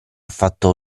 fatto